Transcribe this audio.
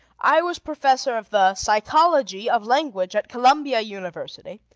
i was professor of the psychology of language at columbia university,